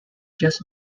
just